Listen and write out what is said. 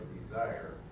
desire